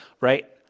right